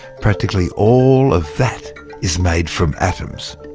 practically all of that is made from atoms.